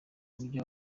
buryo